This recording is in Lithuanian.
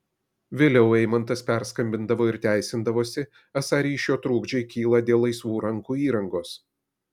vėliau eimantas perskambindavo ir teisindavosi esą ryšio trukdžiai kyla dėl laisvų rankų įrangos